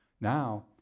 now